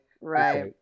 right